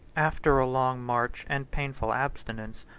after a long march and painful abstinence,